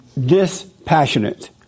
dispassionate